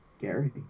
Gary